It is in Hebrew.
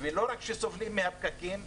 ולא רק שסובלים מהפקקים,